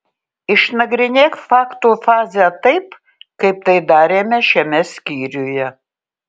išnagrinėk faktų fazę taip kaip tai darėme šiame skyriuje